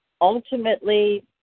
ultimately